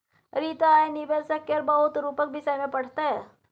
रीता आय निबेशक केर बहुत रुपक विषय मे पढ़तै